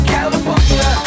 California